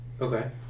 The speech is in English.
Okay